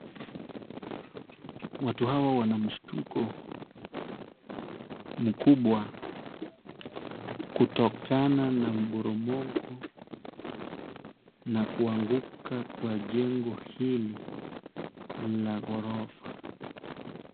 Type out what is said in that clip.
Watu hawa wana mshtuko mkubwa, kutokana na mporomoko na kuanguka kwa jengo hili la ghorofa.